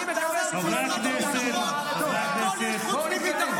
אני מקווה שאף אחד מאיתנו לא יחזור לזה.